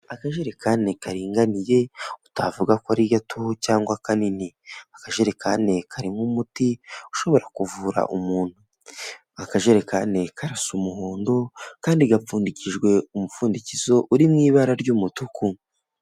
Akajerikani karinganiye utavuga ko ari gato cyangwa kanini, akajerekane karimo umuti ushobora kuvura umuntu, akajerekani karasa umuhondo kandi gapfundikijwe umupfundikizo uri mu ibara ry'umutuku.